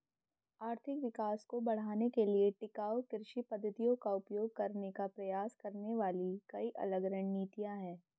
आर्थिक विकास को बढ़ाने के लिए टिकाऊ कृषि पद्धतियों का उपयोग करने का प्रयास करने वाली कई अलग रणनीतियां हैं